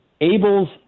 Abel's